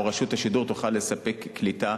או רשות השידור תוכל לספק קליטה,